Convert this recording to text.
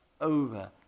over